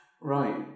Right